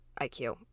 IQ